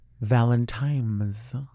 Valentine's